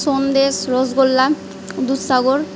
Sandesh rasgulla Dudhsagar